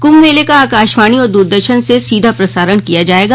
कुम्भ मेले का आकाशवाणी और दूरदर्शन से सीधा प्रसारण किया जाएगा